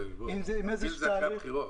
זה יהיה רק לצורך הכנת נוסח.